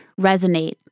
resonate